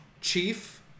chief